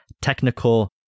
technical